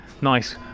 nice